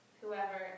whoever